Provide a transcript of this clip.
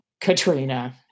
Katrina